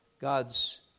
God's